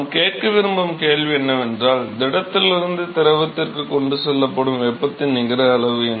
நாம் கேட்க விரும்பும் கேள்வி என்னவென்றால் திடத்திலிருந்து திரவத்திற்கு கொண்டு செல்லப்படும் வெப்பத்தின் நிகர அளவு என்ன